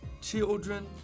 children